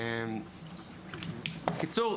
בקיצור,